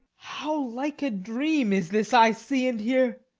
how like a dream is this i see and hear!